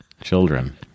children